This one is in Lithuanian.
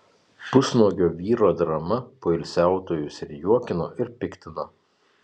pusnuogio vyro drama poilsiautojus ir juokino ir piktino